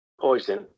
Poison